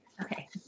Okay